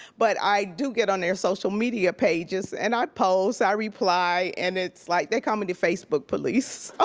but i do get on their social media pages and i post, ah i reply and it's like they call me the facebook police. ah